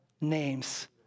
names